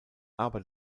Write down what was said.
aber